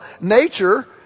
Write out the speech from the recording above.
nature